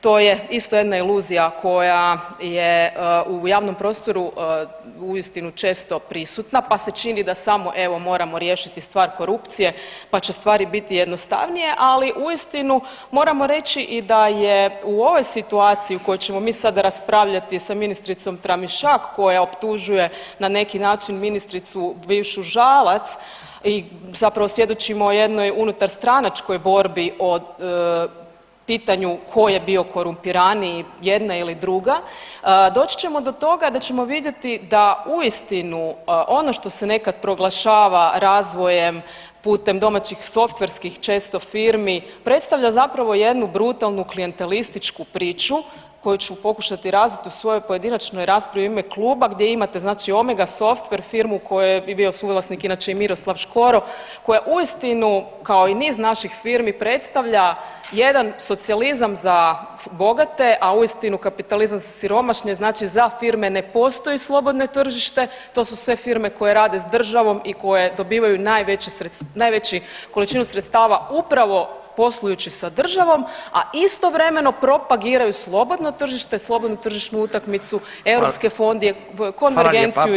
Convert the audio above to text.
To je isto jedna iluzija koja je u javnom prostoru uistinu često prisutna, pa se čini da samo evo moramo riješiti stvar korupcije, pa će stvari biti jednostavnije, ali uistinu moramo reći i da je u ovoj situaciji koju ćemo mi sada raspravljati sa ministricom Tramišak koja optužuje na neki način ministricu bivšu Žalac i zapravo svjedočimo jednoj unutarstranačkoj borbi o pitanju ko je bio korumpiraniji, jedna ili druga, doći ćemo do toga da ćemo vidjeti da uistinu ono što se nekad proglašava razvojem putem domaćih softverskih često firmi predstavlja zapravo jednu brutalnu klijantelističku priču koju ću pokušati razvit u svojoj pojedinačnoj raspravi u ime kluba gdje imate znači Omega softver firmu u kojoj je bio suvlasnik inače i Miroslav Škoro koja uistinu kao i niz naših firmi predstavlja jedan socijalizam za bogate, a uistinu kapitalizam za siromašne, znači za firme ne postoji slobodno tržište, to su sve firme koje rade s državom i koje dobivaju najveću količinu sredstava upravo poslujući sa državom, a istovremeno propagiraju slobodno tržište, slobodno tržišnu utakmicu, europske fondove, konvergenciju itd.